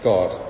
God